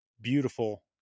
beautiful